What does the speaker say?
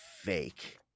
fake